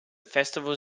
festivals